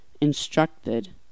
Instructed